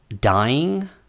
dying